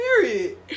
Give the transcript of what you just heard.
Period